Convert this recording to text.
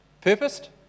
Purposed